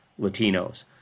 latinos